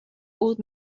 old